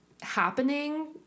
happening